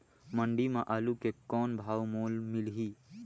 मंडी म आलू के कौन भाव मोल मिलही?